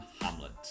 Hamlet